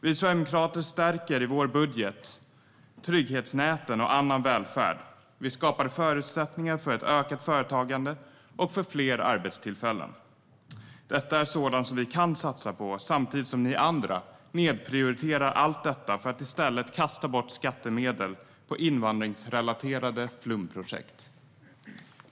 Vi sverigedemokrater stärker i vår budget trygghetsnätet och annan välfärd. Vi skapar förutsättningar för ökat företagande och fler arbetstillfällen. Detta är sådant som vi kan satsa på, samtidigt som ni andra nedprioriterar allt detta för att i stället kasta bort skattemedel på invandringsrelaterade flumprojekt.